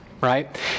Right